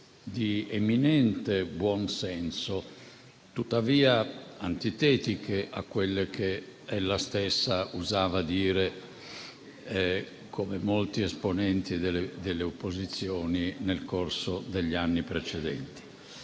di eminente buonsenso, tuttavia antitetiche a quelle che ella stessa usava dire - come molti esponenti delle opposizioni - nel corso degli anni precedenti.